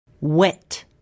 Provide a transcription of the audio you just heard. Wet